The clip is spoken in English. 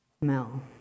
Mel